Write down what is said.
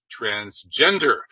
transgender